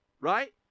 right